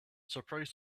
surprised